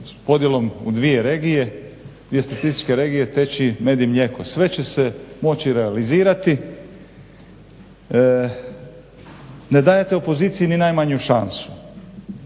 podjelom u dvije statističke regije teći med i mlijeko. Sve će se moći realizirati. Ne dajete opoziciji ni najmanju šansu.